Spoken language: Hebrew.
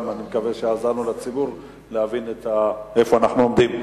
אני מקווה שעזרנו לציבור להבין איפה אנחנו עומדים.